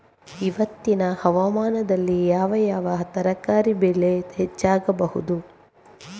ಇವತ್ತಿನ ಹವಾಮಾನದಲ್ಲಿ ಯಾವ ಯಾವ ತರಕಾರಿ ಬೆಳೆ ಹೆಚ್ಚಾಗಬಹುದು?